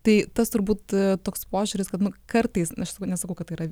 tai tas turbūt toks požiūris kad nu kartais aš nesakau kad tai yra